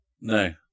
no